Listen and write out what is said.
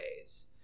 ways